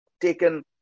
taken